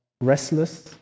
restless